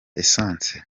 essence